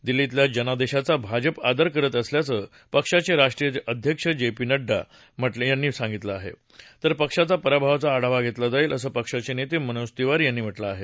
दिल्लीतल्या जनादेशाचा भाजपा आदर करत असल्याचं पक्षाचे राष्ट्रीय अध्यक्ष जे पी नङ्डा यांनी म्हटलं आहे तर पक्षाच्या पराभवाचा आढावा घेतला जाईल असं पक्षाचे नेते मनोज तिवारी यांनी म्हटलं आहे